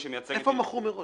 מי שמייצג --- איפה מכור מראש?